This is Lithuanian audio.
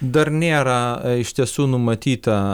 dar nėra iš tiesų numatyta